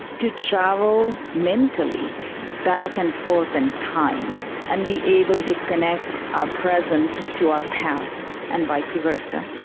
to travel mentally back and forth in time and be able to connect our present to our past, and vice versa,